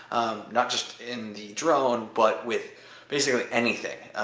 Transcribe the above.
not just in the drone but with basically anything.